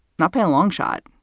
my pal longshot.